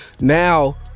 now